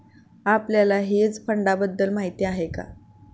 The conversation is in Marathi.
आपल्याला हेज फंडांबद्दल काही माहित आहे का?